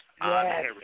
Yes